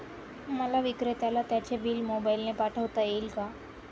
मला विक्रेत्याला त्याचे बिल मोबाईलने पाठवता येईल का?